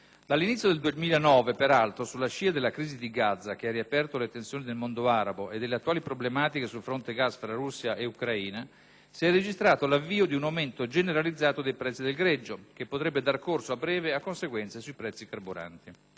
dall'inizio del 2009, sulla scia della crisi di Gaza che ha riaperto le tensioni nel mondo arabo e delle attuali problematiche sul fronte gas tra Russia e Ucraina, si è registrato l'avvio di un aumento generalizzato dei prezzi del greggio, che potrebbe dar corso, a breve, a conseguenze sui prezzi carburanti.